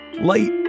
light